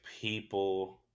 people